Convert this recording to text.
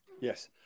Yes